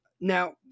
Now